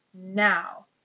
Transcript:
Now